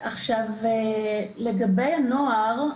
לגבי הנוער,